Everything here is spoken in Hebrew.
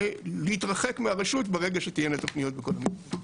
להתרחק מהרשות ברגע שתהיינה תוכניות בכל המתחמים.